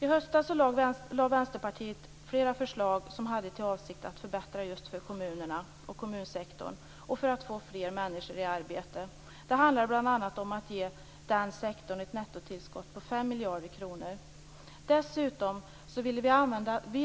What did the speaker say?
I höstas lade vi i Vänsterpartiet fram flera förslag i avsikt att förbättra just för kommunerna och kommunsektorn och för att få fler människor i arbete. Det handlar bl.a. om att ge den sektorn ett nettotillskott på 5 miljarder kronor. Dessutom vill